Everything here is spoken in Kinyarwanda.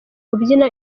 kubyina